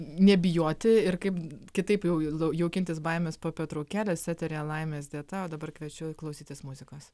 nebijoti ir kaip kitaip jau jaukintis baimes po pertraukėlės eteryje laimės dieta o dabar kviečiu klausytis muzikos